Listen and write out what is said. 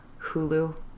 Hulu